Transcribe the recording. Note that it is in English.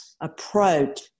approach